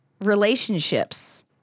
relationships